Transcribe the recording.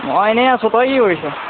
মই এনেই আছোঁ তই কি কৰিছ